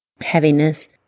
heaviness